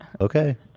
Okay